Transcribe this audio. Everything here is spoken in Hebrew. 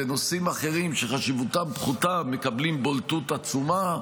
ונושאים אחרים שחשיבותם פחותה מקבלים בולטות עצומה.